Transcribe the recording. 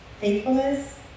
faithfulness